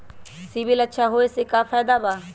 CIBIL अच्छा होऐ से का फायदा बा?